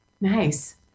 Nice